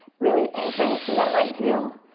really anchoring through that right heel.